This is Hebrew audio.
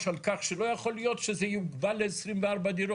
על כך שלא יכול להיות שזה יוגבל ל-24 דירות.